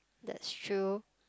that's true